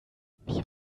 wie